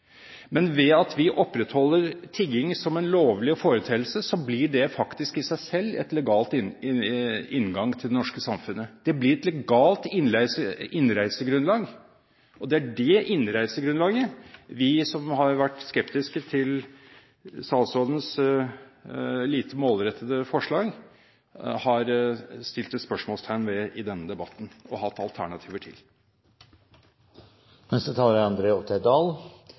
Men ved at vi opprettholder tigging som en lovlig foreteelse, blir det faktisk i seg selv en legal inngang til det norske samfunnet. Det blir et galt innreisegrunnlag, og det er det innreisegrunnlaget vi som har vært skeptiske til statsrådens lite målrettede forslag, har satt spørsmålstegn ved i denne debatten og hatt alternativer